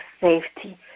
safety